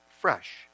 fresh